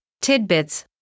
tidbits